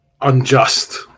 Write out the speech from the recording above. unjust